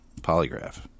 polygraph